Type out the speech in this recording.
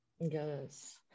Yes